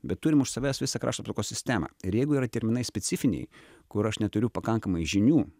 bet turim už savęs visą krašto apsaugos sistemą ir jeigu yra terminai specifiniai kur aš neturiu pakankamai žinių